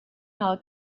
how